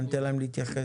אבל ניתן להם להתייחס.